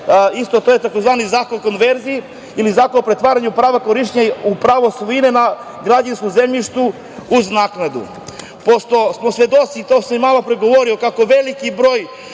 pitanje je tzv. Zakon o konverziji ili Zakon o pretvaranja prava korišćenja u pravo svojine na građevinskom zemljištu uz naknadu. Pošto smo svedoci, to sam i malopre govorio, kako veliki broj